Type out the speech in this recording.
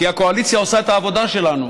כי הקואליציה עושה את העבודה שלנו,